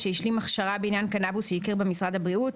שהשלים הכשרה בעניין קנבוס שהכיר בה משרד הבריאות,